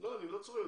אני לא צוחק.